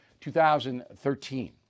2013